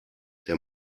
der